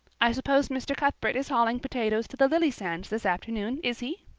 i suppose mr. cuthbert is hauling potatoes to the lily sands this afternoon, is he?